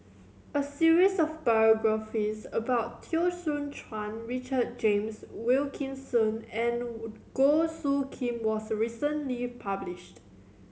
a series of biographies about Teo Soon Chuan Richard James Wilkinson and Goh Soo Khim was recently published